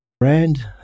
Brand